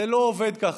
זה לא עובד ככה.